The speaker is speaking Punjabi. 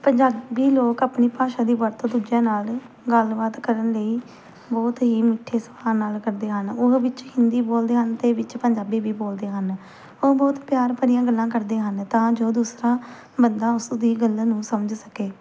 ਪੰਜਾਬੀ ਲੋਕ ਆਪਣੀ ਭਾਸ਼ਾ ਦੀ ਵਰਤੋਂ ਦੂਜਿਆਂ ਨਾਲ ਗੱਲਬਾਤ ਕਰਨ ਲਈ ਬਹੁਤ ਹੀ ਮਿੱਠੇ ਸੁਭਾਅ ਨਾਲ ਕਰਦੇ ਹਨ ਉਹ ਵਿੱਚ ਹਿੰਦੀ ਬੋਲਦੇ ਹਨ ਅਤੇ ਵਿੱਚ ਪੰਜਾਬੀ ਵੀ ਬੋਲਦੇ ਹਨ ਉਹ ਬਹੁਤ ਪਿਆਰ ਭਰੀਆਂ ਗੱਲਾਂ ਕਰਦੇ ਹਨ ਤਾਂ ਜੋ ਦੂਸਰਾ ਬੰਦਾ ਉਸ ਦੀ ਗੱਲ ਨੂੰ ਸਮਝ ਸਕੇ